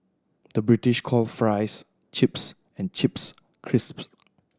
the British calls fries chips and chips crisps